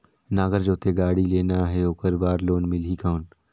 नागर जोते गाड़ी लेना हे ओकर बार लोन मिलही कौन?